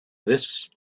this